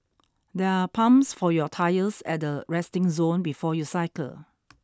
there are pumps for your tyres at the resting zone before you cycle